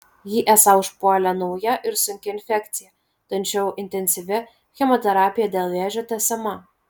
jį esą užpuolė nauja ir sunki infekcija tačiau intensyvi chemoterapija dėl vėžio tęsiama